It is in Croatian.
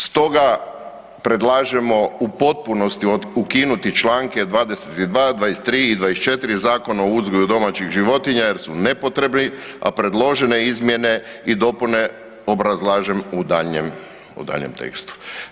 Stoga predlažemo u potpunosti ukinuti članke 22, 23 i 24 Zakona o uzgoju domaćih životinja jer su nepotrebni, a predložene izmjene i dopune obrazlažem u daljnjem tekstu.